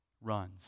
runs